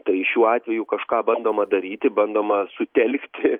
tai šiuo atveju kažką bandoma daryti bandomą sutelkti